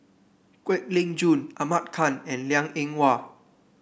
Kwek Leng Joo Ahmad Khan and Liang Eng Hwa